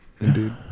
indeed